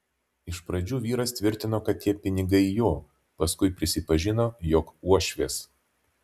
iš pradžių vyras tvirtino kad tie pinigai jo paskui prisipažino jog uošvės